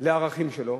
לערכים שלו.